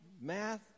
math